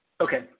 Okay